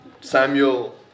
Samuel